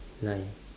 nine